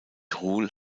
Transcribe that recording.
rule